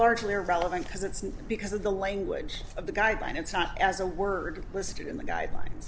largely irrelevant because it's and because of the language of the guideline it's not as a word listed in the guidelines